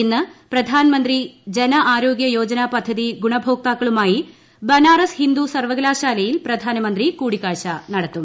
ഇന്ന് പ്രധാനമന്ത്രി ജനആരോഗ്യ യോജന പദ്ധതി ഗുണഭോക്താക്കളുമായി ബനാറസ് ഹിന്ദു സർവ്വകലാശാലയിൽ പ്രധാനമന്ത്രി കൂടിക്കാഴ്ച നടത്തും